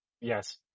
Yes